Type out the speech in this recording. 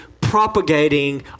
propagating